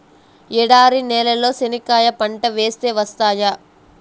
ఎడారి నేలలో చెనక్కాయ పంట వేస్తే వస్తాయా?